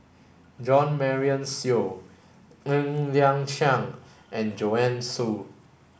Jo Marion Seow Ng Liang Chiang and Joanne Soo